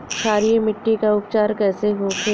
क्षारीय मिट्टी का उपचार कैसे होखे ला?